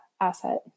asset